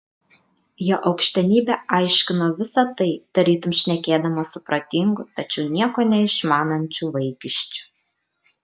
jo aukštenybė aiškino visa tai tarytum šnekėdamas su protingu tačiau nieko neišmanančiu vaikiščiu